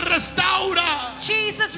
Jesus